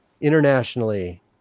internationally